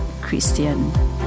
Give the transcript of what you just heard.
Christian